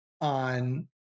on